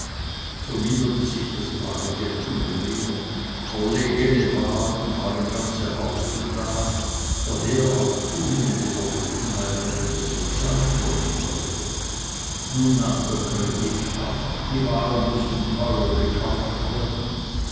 so minderte sich das bare geld immer mehr verlegene waren waren ganze haufen da daher auch zunehmende verlegenheit wenn etwas bezahlt werden sollte nun nahm der kredit ab die waren mußten teuer gekauft werden